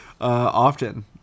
often